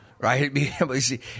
Right